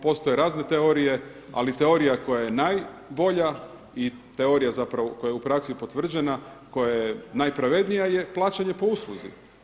postoje razne teorije, ali teorija koja je najbolja i teorija zapravo koja je u praksi potvrđena, koja je najpravednija je plaćanje po usluzi.